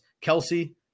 Kelsey